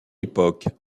époque